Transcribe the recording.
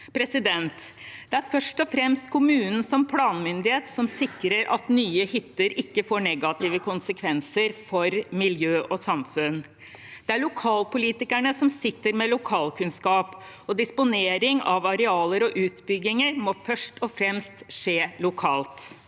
og natur. Det er først og fremst kommunen som planmyndighet som sikrer at nye hytter ikke får negative konsekvenser for miljø og samfunn. Det er lokalpolitikerne som sitter med lokalkunnskap, og disponering av arealer og utbygginger må først og fremst skje lokalt.